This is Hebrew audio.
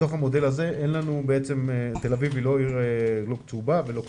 בתוך המודל הזה תל אביב היא לא עיר צהובה ולא כתומה,